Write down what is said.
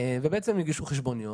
ובעצם הגישו חשבוניות.